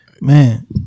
man